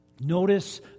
Notice